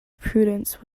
prudence